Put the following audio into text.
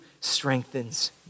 strengthens